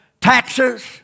taxes